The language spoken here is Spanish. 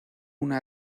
una